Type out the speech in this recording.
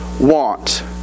want